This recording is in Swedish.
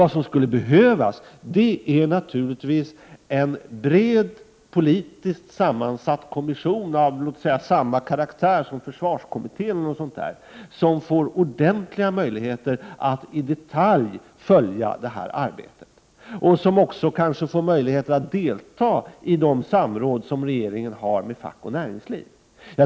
Vad som skulle behövas är naturligtvis en bred, politiskt sammansatt kommission av samma karaktär som t.ex. försvarskommittén, som får ordentliga möjligheter att i detalj följa detta arbete och som också kanske får möjlighet att delta i de samråd som regeringen har med fack och näringsliv.